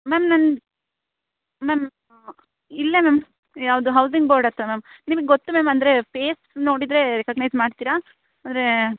ma'am ನನ್ನ ma'am ಇಲ್ಲೇ ma'am ಯಾವುದು ಹೌಸಿಂಗ್ ಬೋರ್ಡ್ ಹತ್ತಿರ ಮ್ಯಾಮ್ ನಿಮಗೆ ಗೊತ್ತು ಮ್ಯಾಮ್ ಅಂದರೆ ಫೇಸ್ ನೋಡಿದರೆ ರೇಕಗ್ನೈಸ್ ಮಾಡ್ತೀರ ಆದ್ರೇ